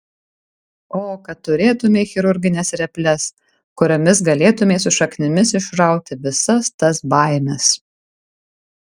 o kad turėtumei chirurgines reples kuriomis galėtumei su šaknimis išrauti visas tas baimes